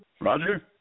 Roger